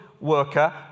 worker